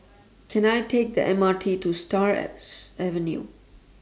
Can I Take The M R T to Stars Avenue